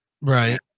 Right